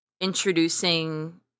introducing